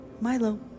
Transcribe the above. Milo